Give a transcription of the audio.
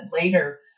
later